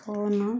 phone